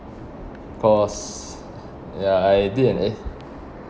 cause ya I did an A